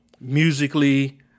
musically